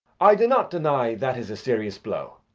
i do not deny that is a serious blow.